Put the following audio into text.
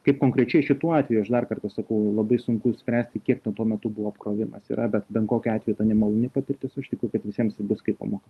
kaip konkrečiai šituo atveju aš dar kartą sakau labai sunku spręsti kiek ten tuo metu buvo apkrovimas yra ben kokiu atveju ta nemaloni patirtis aš tikiu kad visiems tai bus kaip pamoka